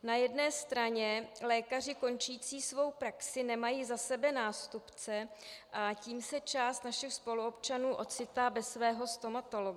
Na jedné straně lékaři končící svou praxi nemají za sebe nástupce, a tím se část našich spoluobčanů ocitá bez svého stomatologa.